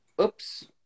oops